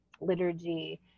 liturgy